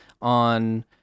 on